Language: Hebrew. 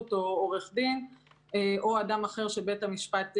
או עורך דין או אדם אחר שבית המשפט מינה.